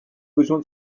besoin